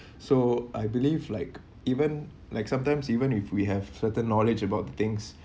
so I believe like even like sometimes even if we have certain knowledge about things